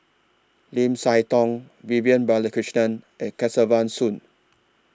Lim Siah Tong Vivian Balakrishnan and Kesavan Soon